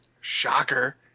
Shocker